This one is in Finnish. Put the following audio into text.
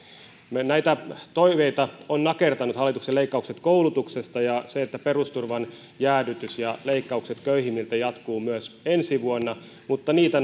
näitä toiveita ovat nakertaneet hallituksen leikkaukset koulutuksesta ja se että perusturvan jäädytys ja leikkaukset köyhimmiltä jatkuvat myös ensi vuonna mutta niitä